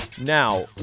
Now